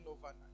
overnight